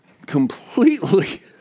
completely